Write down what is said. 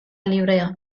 librea